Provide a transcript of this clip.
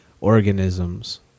organisms